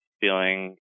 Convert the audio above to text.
feeling